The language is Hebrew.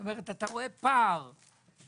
זאת אומרת, אתה רואה פער דרמטי.